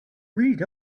read